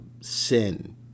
sin